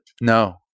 No